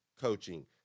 coaching